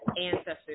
ancestors